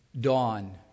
Dawn